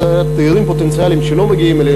אז תיירים פוטנציאליים שלא מגיעים אלינו